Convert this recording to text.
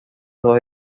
dos